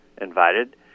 invited